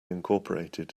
incorporated